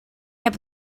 heb